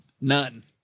None